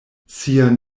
sian